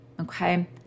okay